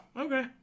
Okay